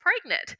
pregnant